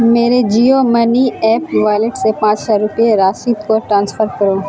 میرے Jio money app wallet سے پانچ سو روپے راشد کو ٹرانسفر کرو